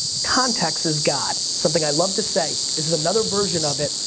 context is god something i love to say. this is another version of it.